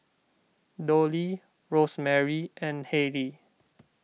Dolly Rosemary and Hayley